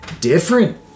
different